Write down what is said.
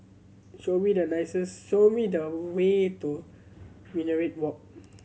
show me the show me the way to Minaret Walk